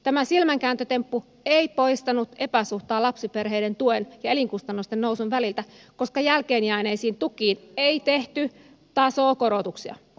tämä silmänkääntötemppu ei poistanut epäsuhtaa lapsiperheiden tuen ja elinkustannusten nousun väliltä koska jälkeenjääneisiin tukiin ei tehty tasokorotuksia